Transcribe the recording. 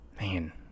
Man